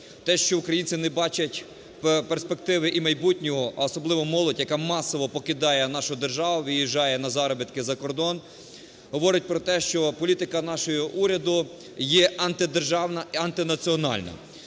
Те, що українці не бачать перспективи і майбутнього, а особливо молодь, яка масово покидає нашу державу, виїжджає на заробітки за кордон, говорить про те, що політика нашого уряду є антидержавна і антинаціональна.